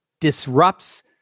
disrupts